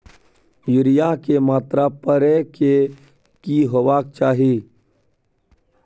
Urea के मात्रा परै के की होबाक चाही?